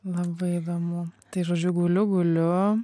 labai įdomu tai žodžiu guliu guliu